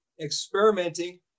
experimenting